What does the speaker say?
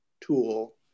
tool